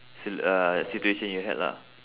si~ uh situation you had lah